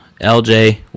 LJ